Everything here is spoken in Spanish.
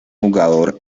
jugador